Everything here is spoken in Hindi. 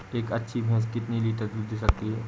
एक अच्छी भैंस कितनी लीटर दूध दे सकती है?